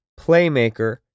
playmaker